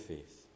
Faith